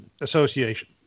Association